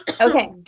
Okay